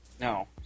No